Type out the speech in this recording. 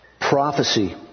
Prophecy